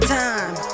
time